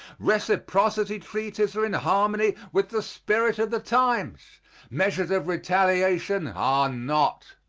reciprocity treaties are in harmony with the spirit of the times measures of retaliation are not.